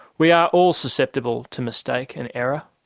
we are all susceptible to mistake and error,